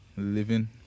living